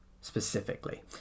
Specifically